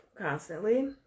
constantly